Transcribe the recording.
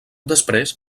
després